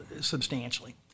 substantially